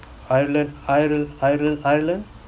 ireland ire~ ire~ ireland